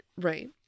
right